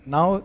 Now